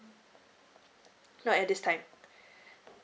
not at this time